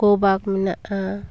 ᱜᱳᱵᱟᱠ ᱢᱮᱱᱟᱜᱼᱟ